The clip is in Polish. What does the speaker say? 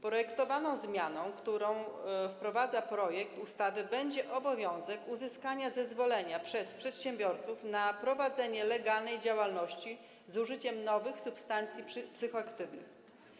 Projektowaną zmianą, którą wprowadza projekt ustawy, będzie obowiązek uzyskania przez przedsiębiorców zezwolenia na prowadzenie legalnej działalności z użyciem nowych substancji psychoaktywnych.